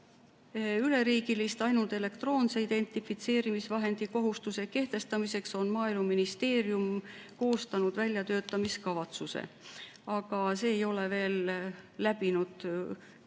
Üleriigiliseks ainult elektroonse identifitseerimisvahendi kohustuse kehtestamiseks on Maaeluministeerium koostanud väljatöötamiskavatsuse, aga see ei ole veel läbinud